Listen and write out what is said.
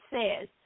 says